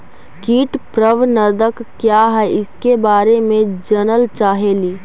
कीट प्रबनदक क्या है ईसके बारे मे जनल चाहेली?